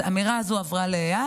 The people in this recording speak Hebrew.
האמירה הזאת עברה ליד,